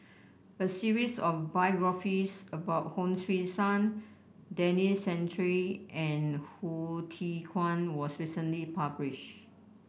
a series of biographies about Hon Sui Sen Denis Santry and Hsu Tse Kwang was recently published